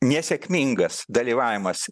nesėkmingas dalyvavimas